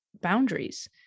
boundaries